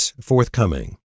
forthcoming